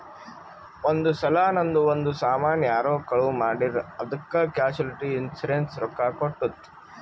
ಒಂದ್ ಸಲಾ ನಂದು ಒಂದ್ ಸಾಮಾನ್ ಯಾರೋ ಕಳು ಮಾಡಿರ್ ಅದ್ದುಕ್ ಕ್ಯಾಶುಲಿಟಿ ಇನ್ಸೂರೆನ್ಸ್ ರೊಕ್ಕಾ ಕೊಟ್ಟುತ್